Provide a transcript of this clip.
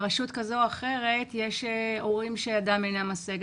ברשות כזאת או אחרת, יש הורים שידם אינה משגת?